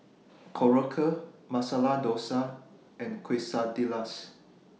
Korokke Masala Dosa and Quesadillas